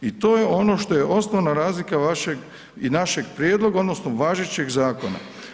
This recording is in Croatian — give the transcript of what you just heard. I to je ono što je osnovna razlika vašeg i našeg prijedloga, odnosno važećeg zakona.